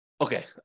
Okay